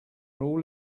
rule